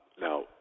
Now